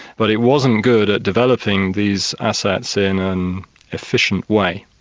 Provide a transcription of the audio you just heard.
but it wasn't good at developing these assets in an efficient way.